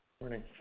morning